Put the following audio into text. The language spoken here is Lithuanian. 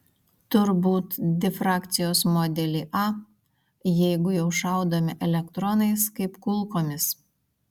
turbūt difrakcijos modelį a jeigu jau šaudome elektronais kaip kulkomis